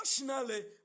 emotionally